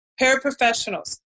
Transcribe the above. paraprofessionals